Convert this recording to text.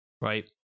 right